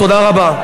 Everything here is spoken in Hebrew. תודה רבה.